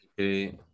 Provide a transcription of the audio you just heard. Okay